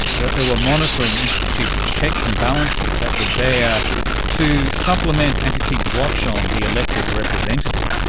that there were monitoring institutions, checks and balances that were there to supplement and to keep watch on the elected representative.